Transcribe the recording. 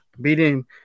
beating